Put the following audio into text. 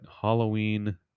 Halloween